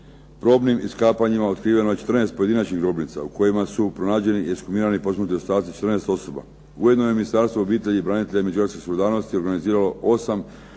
Probnim iskapanjima otkriveno je 14 pojedinačnih grobnica u kojima su pronađeni i ekshumirani posmrtni ostaci 14 osoba. Ujedno je Ministarstvo obitelji, branitelja i međugeneracijske solidarnosti organiziralo osam